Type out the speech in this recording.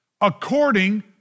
according